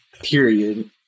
period